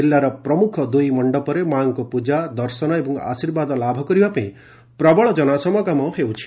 ଜିଲ୍ଲାର ପ୍ରମୁଖ ଦୁଇ ମଣ୍ଡପରେ ମା'ଙ୍କ ପୂଜା ଦର୍ଶନ ଏବଂ ଆଶୀର୍ବାଦ ଲାଭ କରିବା ପାଇଁ ପ୍ରବଳ ଜନସମାଗମ ହେଉଛି